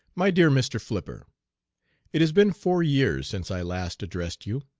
my dear mr. flipper it has been four years since i last addressed you.